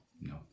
No